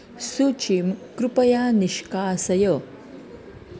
सूचीं कृपया निष्कासय